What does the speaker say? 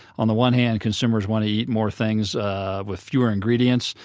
on the one hand consumers want to eat more things ah with fewer ingredients,